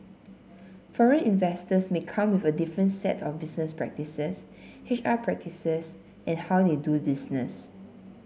foreign investors may come with a different set of business practices H R practices and how they do business